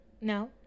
No